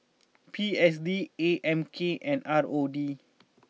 P S D A M K and R O D